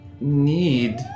Need